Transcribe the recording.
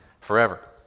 forever